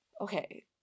okay